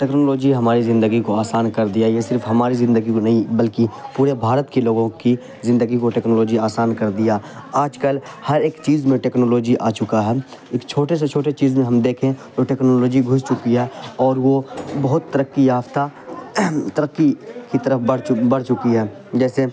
technology ہماری زندگی کو آسان کر دیا یہ صرف ہماری زندگی کو نہیں بلکہ پورے بھارت کے لوگوں کی زندگی کو ٹیکنالوجی آسان کر دیا آج کل ہر ایک چیز میں ٹیکنالوجی آ چکا ہے ایک چھوٹے سے چھوٹے چیز میں ہم دیکھیں تو ٹیکنالوجی گھس چکی ہے اور وہ بہت ترقی یافتہ ترقی کی طرف بڑھ بڑھ چکی ہے جیسے